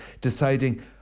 deciding